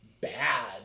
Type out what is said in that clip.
bad